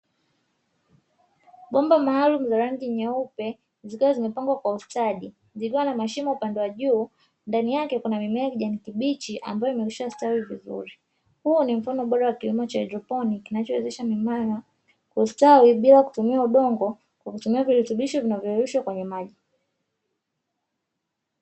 Bomba maalumu za rangi nyeupe zikiwa zimepangwa kwa ustadi, zikiwa na mashimo upande wa juu ndani yake kuna mimea ya kijani kibichi ambayo imekwisha stawi vizuri, huu ni mfano bora wa kilimo cha haidroponi kinachowezesha mimea kustawi bila kutumia udongo, kwa kutumia virutubisho vilivyoyeyushwa kwenye maji.